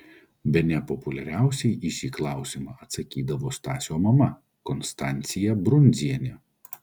bene populiariausiai į šį klausimą atsakydavo stasio mama konstancija brundzienė